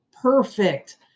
perfect